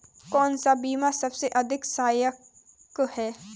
कौन सा बीमा सबसे अधिक सहायक है?